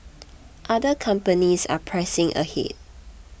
other companies are pressing ahead